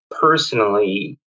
personally